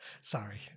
Sorry